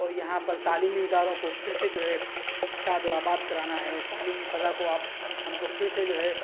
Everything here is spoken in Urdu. اور یہاں پر تعلیمی اداروں کو پھر سے جو ہے شاد و آباد کرانا ہے تعلیمی فضا کو آپ ہم کو پھر سے جو ہے